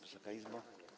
Wysoka Izbo!